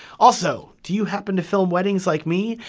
also, do you happen to film weddings like me?